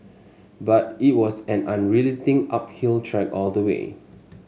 but it was an unrelenting uphill trek all the way